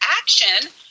action